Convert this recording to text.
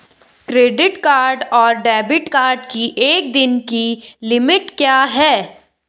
Credit card और debit card की एक दिन की लिमिट क्या है?